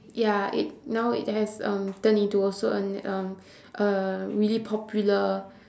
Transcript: ya it now it has um turn into also an um a really popular